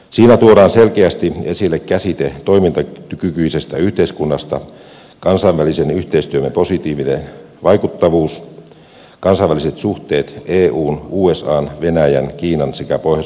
siinä tuodaan selkeästi esille toimintakykyisen yhteiskunnan käsite kansainvälisen yhteistyömme positiivinen vaikuttavuus kansainväliset suhteet eun usan venäjän kiinan sekä pohjoismaiden osalta